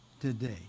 today